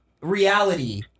reality